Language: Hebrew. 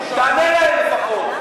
תענה להם לפחות.